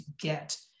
get